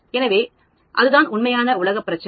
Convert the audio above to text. எனவே அதுதான் உண்மையான உலகப் பிரச்சினை